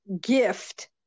gift